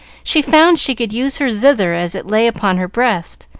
she found she could use her zither as it lay upon her breast,